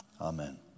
Amen